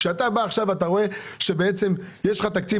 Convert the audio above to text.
כשאתה בא עכשיו ואתה רואה שבעצם יש לך תקציב,